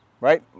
right